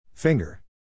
Finger